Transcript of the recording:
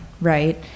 right